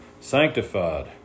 sanctified